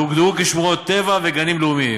והוגדרו שמורות טבע וגנים לאומיים.